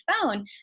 phone